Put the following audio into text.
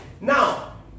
Now